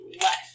left